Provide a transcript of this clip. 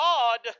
God